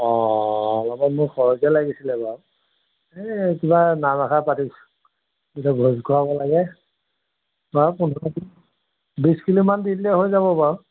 অঁ অলপমান মোক সৰহকৈ লাগিছিলে বাৰু এই কিবা নাম এষাৰ পাতিছোঁ ভোজ খুৱাব লাগে বাৰু পোন্ধৰ বিছ কিলোমান দিলে হৈ যাব বাৰু